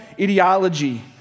ideology